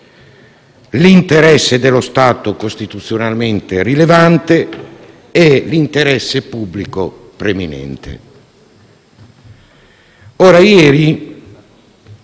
l'interesse dello Stato costituzionalmente rilevante e l'interesse pubblico preminente. Ieri,